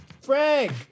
Frank